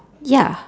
ya